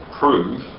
prove